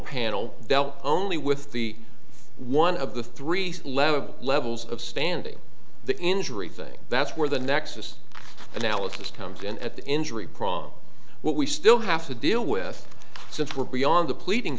panel dealt only with the one of the three level levels of standing the injury thing that's where the nexus analysis comes in at the injury prong what we still have to deal with since we're beyond the pleading